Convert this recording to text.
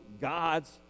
gods